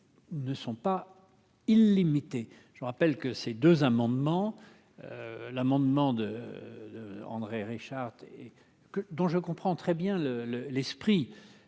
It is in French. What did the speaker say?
Ne sont pas illimitées, je rappelle que ces deux amendements l'amendement d'André Richard et que dont je comprends très bien le